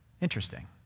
Interesting